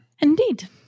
Indeed